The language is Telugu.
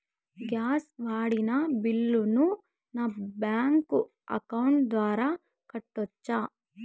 గ్యాస్ వాడిన బిల్లును నా బ్యాంకు అకౌంట్ ద్వారా కట్టొచ్చా?